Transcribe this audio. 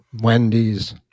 Wendy's